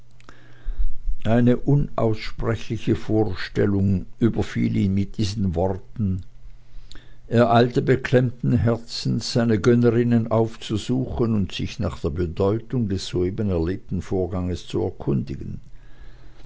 eine unaussprechliche vorstellung überfiel ihn mit diesen worten er eilte beklemmten herzens seine gönnerinnen aufzusuchen und sich nach der bedeutung des soeben erlebten vorganges zu erkundigen